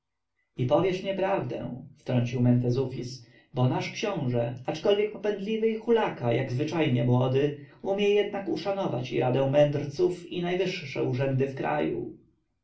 i powiesz nieprawdę wtrącił mentezufis bo nasz książę aczkolwiek popędliwy i trochę hulaka jak zwyczajnie młody umie jednak uszanować i radę mędrców i najwyższe urzędy w kraju